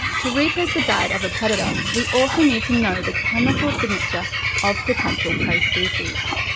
to retrace the diet of a predator, we also need to know the chemical signature of potential prey species.